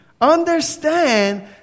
understand